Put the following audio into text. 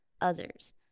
others